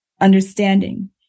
understanding